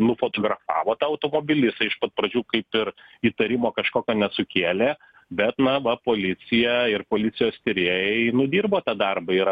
nufotografavo tą automobilį iš pat pradžių kaip ir įtarimo kažkokio nesukėlė bet na va policija ir policijos tyrėjai nudirbo tą darbą ir